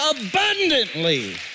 abundantly